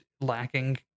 lacking